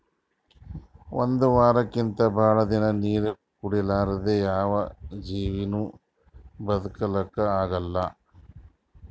ಒಂದ್ ವಾರಕ್ಕಿಂತ್ ಭಾಳ್ ದಿನಾ ನೀರ್ ಇರಲಾರ್ದೆ ಯಾವ್ ಜೀವಿನೂ ಬದಕಲಕ್ಕ್ ಆಗಲ್ಲಾ